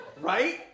Right